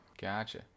Gotcha